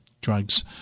drugs